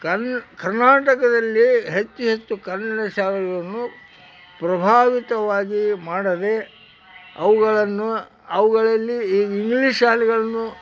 ಕನ್ ಕರ್ನಾಟಕದಲ್ಲಿ ಹೆಚ್ಚು ಹೆಚ್ಚು ಕನ್ನಡ ಶಾಲೆಗಳನ್ನು ಪ್ರಭಾವಿತವಾಗಿ ಮಾಡದೇ ಅವುಗಳನ್ನು ಅವುಗಳಲ್ಲಿ ಇಂಗ್ಲೀಷ್ ಶಾಲೆಗಳನ್ನು